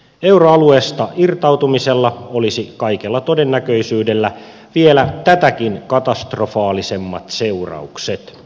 euroalueesta irtautumisella olisi kaikella todennäköisyydellä vielä tätäkin katastrofaalisemmat seuraukset